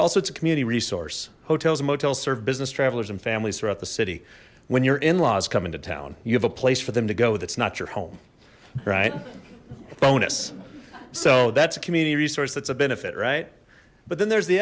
also it's a community resource hotels and motels serve business travelers and families throughout the city when your in laws come into town you have a place for them to go that's not your home right bonus so that's a community resource that's a benefit right but then there's the